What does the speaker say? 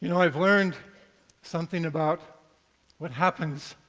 you know i've learned something about what happens